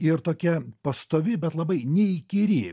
ir tokia pastovi bet labai neįkyri